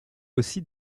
aussi